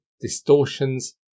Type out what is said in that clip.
distortions